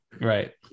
Right